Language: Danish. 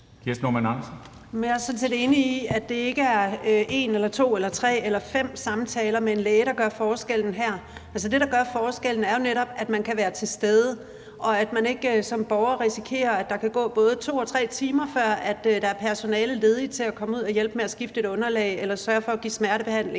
Jeg er sådan set enig i, at det ikke er en, to, tre eller fem samtaler med en læge, der gør forskellen her. Det, der gør forskellen, er jo netop, at man kan være til stede, og at en borger ikke risikerer, at der kan gå både 2 og 3 timer, før der er ledigt personale til at komme ud og hjælpe med at skifte et underlag eller sørge for at give smertebehandling.